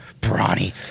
Brawny